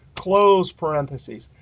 close parentheses.